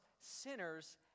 sinners